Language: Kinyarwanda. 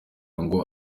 ngo